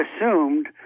assumed